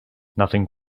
nothing